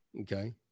okay